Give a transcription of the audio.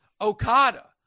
Okada